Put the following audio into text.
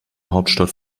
hauptstadt